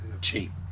cheap